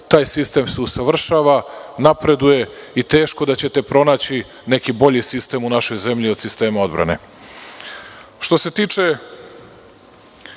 Taj sistem se usavršava, napreduje i teško da ćete pronaći neki bolji sistem u našoj zemlji od sistema odbrane. Što